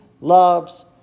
loves